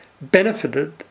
...benefited